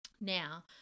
now